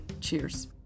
Cheers